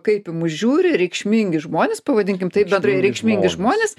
kaip į mus žiūri reikšmingi žmonės pavadinkim taip bendrai reikšmingi žmonės